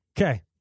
Okay